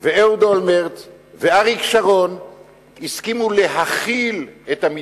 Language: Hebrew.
ואהוד אולמרט ואריק שרון הסכימו להכיל את המתקפות.